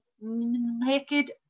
naked